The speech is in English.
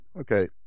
Okay